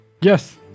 Yes